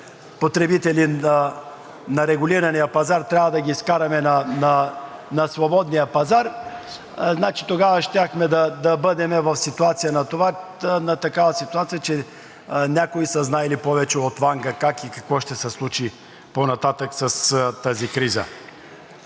потребители на регулирания пазар трябва да ги изкараме на свободния пазар, значи тогава щяхме да бъдем в такава ситуация, че някои са знаели повече от Ванга как и какво ще се случи по-нататък с тази криза.